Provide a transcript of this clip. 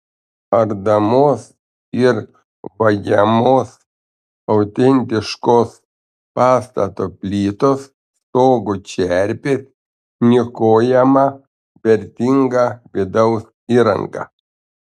ardomos ir vagiamos autentiškos pastato plytos stogų čerpės niokojama vertinga vidaus įranga